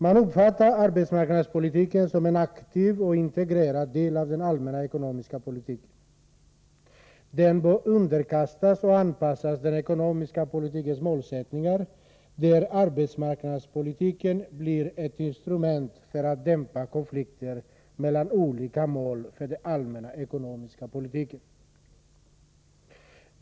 Man uppfattar arbetsmarknadspolitiken som en aktiv och integrerad del av den allmänna ekonomiska politiken. Den bör, menar man, underordnas och anpassas till den ekonomiska politikens målsättningar, där arbetsmarknadspolitiken blir ett instrument för att dämpa konflikter mellan olika mål för den allmänna ekonomiska politiken.